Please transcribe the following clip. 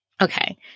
Okay